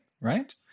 right